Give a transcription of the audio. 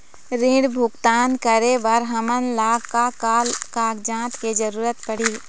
ऋण भुगतान करे बर हमन ला का का कागजात के जरूरत पड़ही?